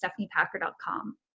stephaniepacker.com